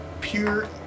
pure